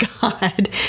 God